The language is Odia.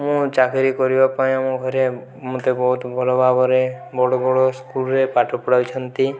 ମୁଁ ଚାକିରି କରିବା ପାଇଁ ଆମ ଘରେ ମୋତେ ବହୁତ ଭଲ ଭାବରେ ବଡ଼ ବଡ଼ ସ୍କୁଲରେ ପାଠ ପଢ଼ାଇଛନ୍ତି